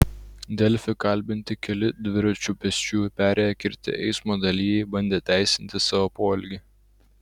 delfi kalbinti keli dviračiu pėsčiųjų perėją kirtę eismo dalyviai bandė teisinti savo poelgį